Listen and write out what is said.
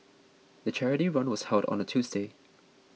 the charity run was held on a Tuesday